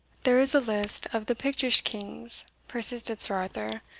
there is a list of the pictish kings, persisted sir arthur,